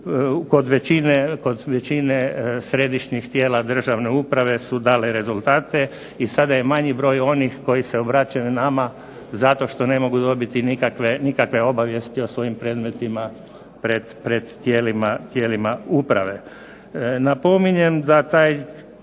kod većine središnjih tijela državne uprave su dale rezultate. I sada je manji broj onih koji se obraćaju nama zato što ne mogu dobiti nikakve obavijesti o svojim predmetima pred tijelima uprave.